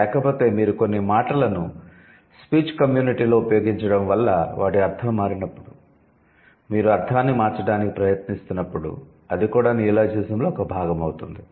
లేకపోతే మీరు కొన్ని మాటలను స్పీచ్ కమ్యూనిటీలో ఉపయోగించడం వల్ల వాటి అర్ధం మారినప్పుడు మీరు అర్ధాన్ని మార్చడానికి ప్రయత్నిస్తున్నప్పుడు అది కూడా నియోలాజిజంలో ఒక భాగం అవుతుంది